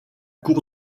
cour